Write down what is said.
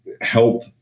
help